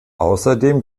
außerdem